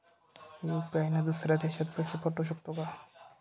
UPI ने दुसऱ्या देशात पैसे पाठवू शकतो का?